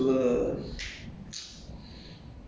我演戏啊演戏